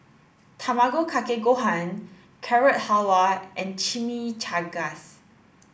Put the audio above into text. Tamago Kake Gohan Carrot Halwa and Chimichangas